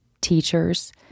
teachers